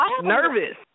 Nervous